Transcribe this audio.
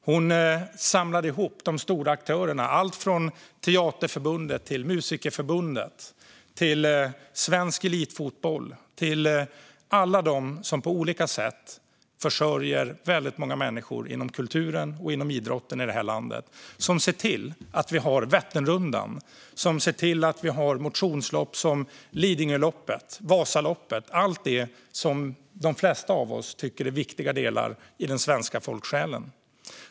Hon samlade ihop de stora aktörerna - allt från Teaterförbundet och Musikerförbundet till Svensk Elitfotboll och alla de som på olika sätt försörjer väldigt många människor inom kultur och idrott i det här landet. Det är de som ser till att vi har Vätternrundan och motionslopp som Lidingöloppet och Vasaloppet - allt det som de flesta av oss tycker är viktiga delar i den svenska folksjälen.